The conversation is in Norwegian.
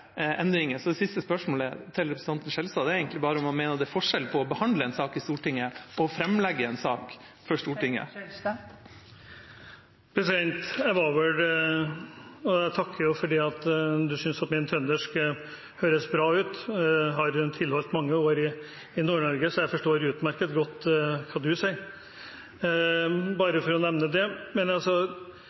endringer. Så det siste spørsmålet til representanten Skjelstad er egentlig bare om han mener at det er forskjell på å behandle en sak i Stortinget, og å framlegge en sak for Stortinget. Jeg takker for at du synes min trøndersk høres bra ut. Jeg har tilbrakt mange år i Nord-Norge, så jeg forstår utmerket godt hva du sier – bare for å nevne det.